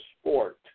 sport